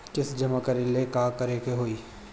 किस्त जमा करे ला का करे के होई?